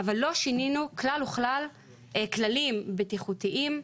אבל לא שינינו כלל וכלל כללים בטיחותיים,